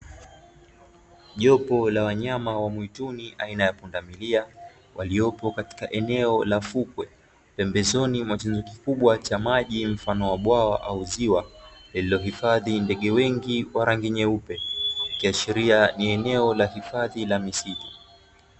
Jopo la wanyama wa mwituni aina ya pundamilia waliklo katika eneo la fukwe pembezoni mwa kina kikubwa cha maji Au ziwa lililohifadhi ndege wengi wa rangi nyeupe ikiashiria ni eneo la hifadhi ya misitu.